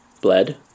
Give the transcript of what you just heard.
Bled